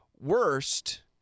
worst